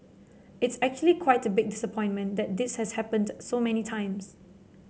it's actually quite a big disappointment that this has happened so many times